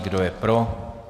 Kdo je pro?